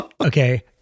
Okay